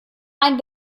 ein